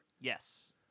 yes